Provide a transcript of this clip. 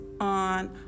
on